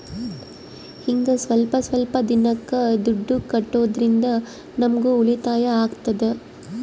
ಹಿಂಗ ಸ್ವಲ್ಪ ಸ್ವಲ್ಪ ದಿನಕ್ಕ ದುಡ್ಡು ಕಟ್ಟೋದ್ರಿಂದ ನಮ್ಗೂ ಉಳಿತಾಯ ಆಗ್ತದೆ